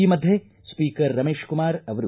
ಈ ಮಧ್ಯೆ ಸ್ಪೀಕರ್ ರಮೇಶ್ ಕುಮಾರ್ ಅವರು